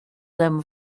them